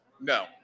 No